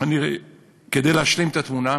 כדי להשלים את התמונה,